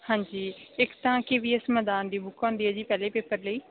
ਹਾਂਜੀ ਇੱਕ ਤਾਂ ਕੇ ਵੀ ਐਸ ਮੈਦਾਨ ਦੀ ਬੁੱਕ ਆਉਂਦੀ ਹੈ ਜੀ ਪਹਿਲੇ ਪੇਪਰ ਲਈ